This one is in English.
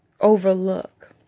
overlook